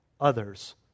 others